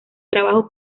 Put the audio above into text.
trabajo